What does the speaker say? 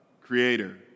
creator